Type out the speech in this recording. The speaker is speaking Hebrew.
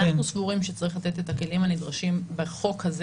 אנחנו סבורים שצריך לתת את הכלים הנדרשים בחוק הזה